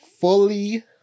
fully